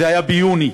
זה היה ביוני,